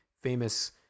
famous